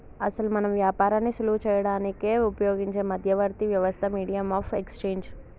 అసలు మనం వ్యాపారాన్ని సులువు చేయడానికి ఉపయోగించే మధ్యవర్తి వ్యవస్థ మీడియం ఆఫ్ ఎక్స్చేంజ్